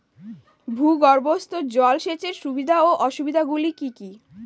ভূগর্ভস্থ জল সেচের সুবিধা ও অসুবিধা গুলি কি কি?